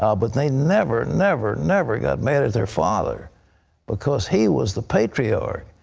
ah but they never, never, never got mad at their father because he was the patriarch.